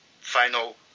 final